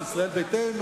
עם ישראל ביתנו,